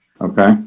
Okay